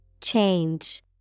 Change